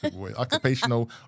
Occupational